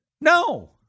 No